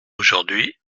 aujourd’hui